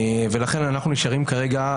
ולכן אנחנו נשארים כרגע,